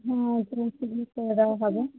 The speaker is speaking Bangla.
হুম করে দেওয়া হবে